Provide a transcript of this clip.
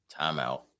Timeout